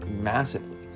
massively